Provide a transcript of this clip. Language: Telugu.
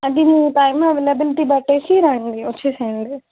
అది మీ టైం అవైలబిలిటీ బట్టేసి రండి వచ్చేసేయండి